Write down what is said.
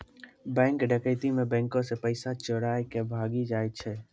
bank डकैती मे बैंको से पैसा चोराय के भागी जाय छै